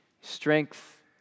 strength